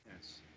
Yes